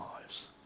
lives